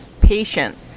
patient